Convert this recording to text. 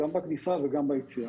גם בכניסה וגם ביציאה.